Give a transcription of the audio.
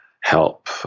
help